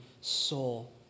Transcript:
soul